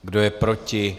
Kdo je proti?